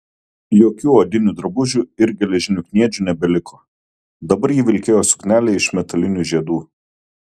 jokių odinių drabužių ir geležinių kniedžių nebeliko dabar ji vilkėjo suknelę iš metalinių žiedų